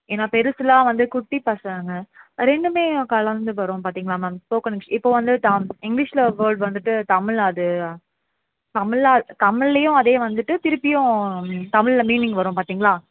ஏன்னால் பெருசெலாம் வந்து குட்டி பசங்கள் ரெண்டுமே கலந்து வரும் பார்த்தீங்களா மேம் ஸ்போக்கன் இங்கிலீஷ் இப்போ வந்து தாம் இங்கிலீஷில் ஒரு வேர்ட் வந்துட்டு தமிழ் அது தமிழா தமிழ்லையும் அதே வந்துட்டு திருப்பியும் தமிழில் மீனிங் வரும் பார்த்தீங்களா